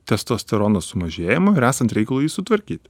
testosterono sumažėjimo ir esant reikalui jį sutvarkyt